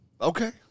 Okay